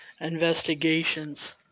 investigations